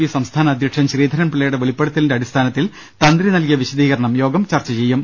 P സംസ്ഥാന അധ്യക്ഷൻ ശ്രീധ രൻപിള്ളയുടെ വെളിപ്പെടുത്തലിന്റെ അടിസ്ഥാനത്തിൽ തന്ത്രി നൽകിയ വിശദീകരണം യോഗം ചർച്ച ചെയ്യും